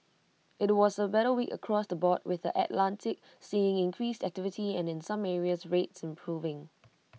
IT was A better week across the board with the Atlantic seeing increased activity and in some areas rates improving